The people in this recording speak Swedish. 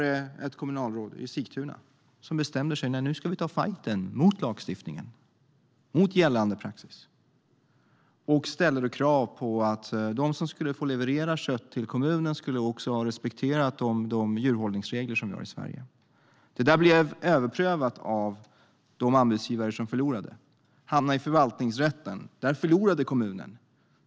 Ett kommunalråd i Sigtuna bestämde att man skulle ta fajten mot lagstiftningen, mot gällande praxis. Man ställde då krav på att de som skulle få leverera kött till kommunen skulle också respektera de djurhållningsregler som vi har i Sverige. Ärendet blev överklagat av de anbudsgivare som förlorade. Saken hamnade i förvaltningsrätten, där kommunen förlorade.